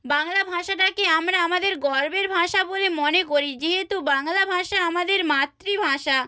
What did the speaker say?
বাংলা ভাষাটাকে আমরা আমাদের গর্বের ভাষা বলে মনে করি যেহেতু বাংলা ভাষা আমাদের মাতৃভাষা